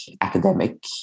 academic